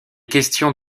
questions